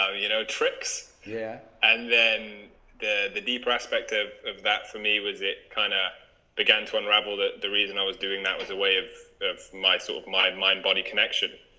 so you know tricks. yeah, and then the the deep respect of of that for me was it kind of began to unravel that the reason i was doing that was a way of of my sort so of my mind-body connection